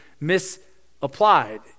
misapplied